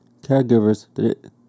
caregivers